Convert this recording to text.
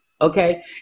Okay